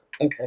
Okay